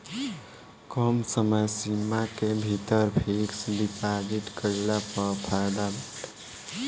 कम समय सीमा के भीतर फिक्स डिपाजिट कईला पअ फायदा बाटे